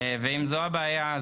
ואם זו הבעיה,